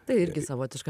tai irgi savotiška